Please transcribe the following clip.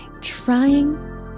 Trying